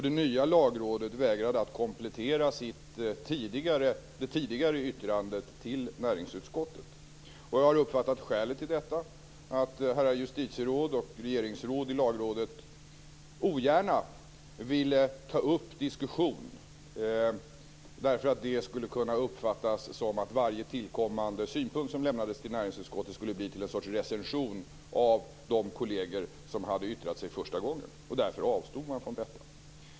Det nya Lagrådet vägrade att komplettera det tidigare yttrandet till näringsutskottet. Jag har uppfattat att skälet till detta är att herrar justitieråd och regeringsråd i Lagrådet ogärna ville ta upp en diskussion därför att det skulle kunna uppfattas som om varje tillkommande synpunkt som lämnades till näringsutskottet skulle bli någon sorts recension av de kolleger som hade yttrat sig första gången. Därför avstod man från det.